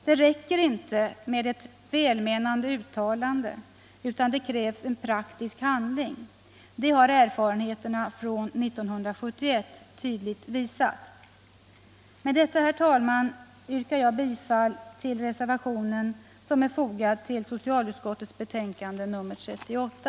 Det räcker inte med ett välmenande uttalande, utan det krävs praktisk handling; det har erfarenheterna från 1971 tydligt visat. Med detta, herr talman, yrkar jag bifall till reservationen som är fogad till socialutskottets betänkande nr 38.